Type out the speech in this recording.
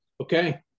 Okay